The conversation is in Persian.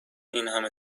اینهمه